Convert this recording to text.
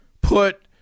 put